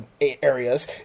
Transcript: areas